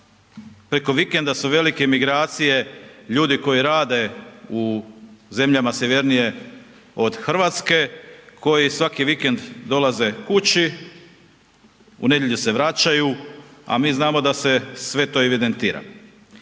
preko vikenda su velike migracije ljudi koji rade u zemljama sjevernije od Hrvatske koji svaki vikend dolaze kući, u nedjelju se vraćaju a mi znamo da se sve to evidentira.